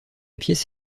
pièce